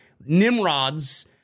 nimrods